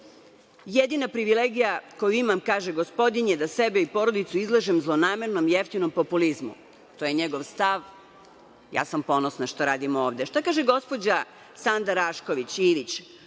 Jedina privilegija koju imam, kaže gospodin – je da sebe i porodicu izlažem zlonamernom jeftinom populizmu. To je njegov stav. Ja sam ponosna što radim ovde. Šta kaže gospođa Sanda Rašković Ivić?